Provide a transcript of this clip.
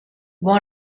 bon